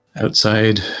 outside